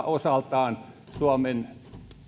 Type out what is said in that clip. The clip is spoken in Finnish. osaltaan suomen